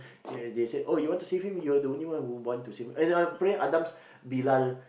they said oh you want to save him you're the only one who wants to save him and apparently Adam's bilal